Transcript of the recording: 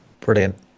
Brilliant